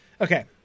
Okay